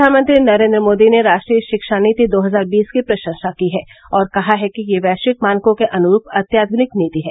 प्रधानमंत्री नरेन्द्र मोदी ने राष्ट्रीय शिक्षा नीति दो हजार बीस की प्रशंसा की है और कहा है कि यह वैश्विक मानकों के अनुरूप अत्याधुनिक नीति है